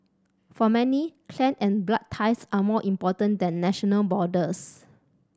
for many clan and blood ties are more important than national borders